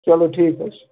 چلو ٹھیٖک حظ چھُ